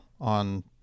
on